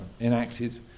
enacted